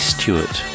Stewart